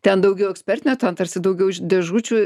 ten daugiau ekspertinio ten tarsi daugiau ž dėžučių